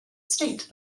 state